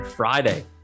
Friday